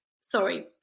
sorry